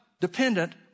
dependent